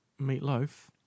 meatloaf